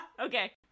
Okay